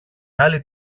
άλλοι